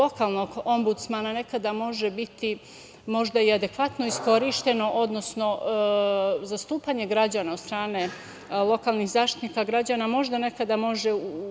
ombudsmana nekada može biti možda i adekvatno iskorišćeno, odnosno zastupanje građana od strane lokalnih zaštitnika građana možda nekada može u